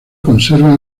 conserva